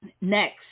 Next